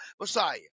Messiah